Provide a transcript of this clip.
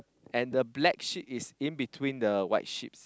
and the black sheep is in between the white sheep